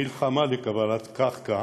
המלחמה לקבלת קרקע